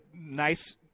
nice